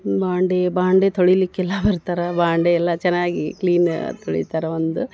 ಬಾಂಡೆ ಬಾಂಡೆ ತೊಳೀಲಿಕ್ಕೆಲ್ಲ ಬರ್ತಾರೆ ಬಾಂಡೆ ಎಲ್ಲ ಚೆನ್ನಾಗಿ ಕ್ಲೀನ್ ತೊಳಿತಾರೆ ಒಂದು